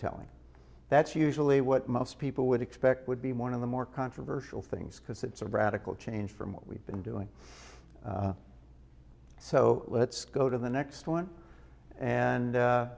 telling that's usually what most people would expect would be one of the more controversial things because it's a radical change from what we've been doing so let's go to the next one and